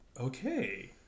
Okay